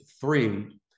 three